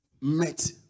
met